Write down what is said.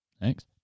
Thanks